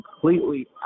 completely